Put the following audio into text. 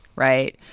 right.